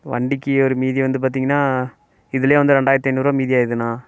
வண்டிக்கு ஒரு மீதி வந்து பார்த்திங்கன்னா இதுலேயே வந்து ரெண்டாயிரத்தி ஐநூறுபா மீதி ஆயிடுதுண்ணா